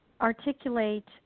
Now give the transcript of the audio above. articulate